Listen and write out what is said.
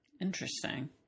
Interesting